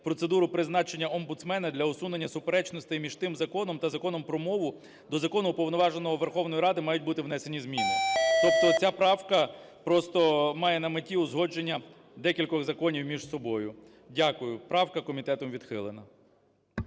процедуру призначення омбудсмена. Для усунення суперечностей між тим законом та Законом про мову до Закону Уповноваженого Верховної Ради мають бути внесені зміни. Тобто ця правка просто має на меті узгодження декількох законів між собою. Дякую. Правка комітетом відхилена.